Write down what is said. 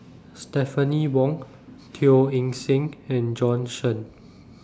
Stephanie Wong Teo Eng Seng and Bjorn Shen